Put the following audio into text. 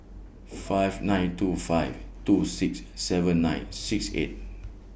five nine two five two six seven nine six eight